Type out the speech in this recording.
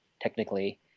technically